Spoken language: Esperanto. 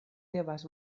devas